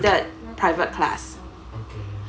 private class